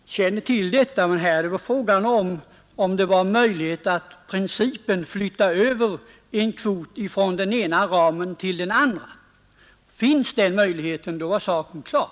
Herr talman! Jag känner till detta, men här är det fråga om, huruvida det i princip är möjligt att flytta över en kvot från den ena ramen till den andra. Finns den möjligheten, då är saken klar.